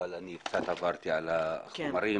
בכל זאת עברתי על החומרים